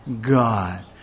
God